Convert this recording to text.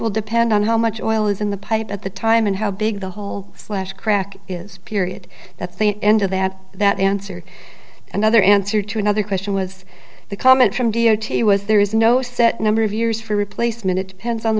will depend on how much oil is in the pipe at the time and how big the hole slash crack is period that's the end of that that answer another answer to another question was the comment from d o t was there is no set number of years for replacement it depends on the